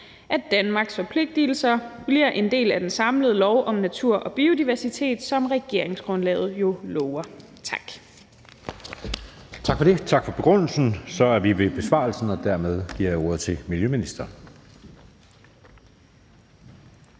at Danmarks forpligtelser bliver en del af den samlede lov om natur og biodiversitet, som regeringsgrundlaget lover?« Tak. Kl. 12:54 Anden næstformand (Jeppe Søe): Tak for begrundelsen. Så er vi ved besvarelsen, og dermed giver jeg ordet til miljøministeren.